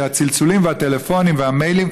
שהצלצולים והטלפונים והמיילים,